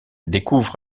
découvre